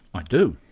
i do.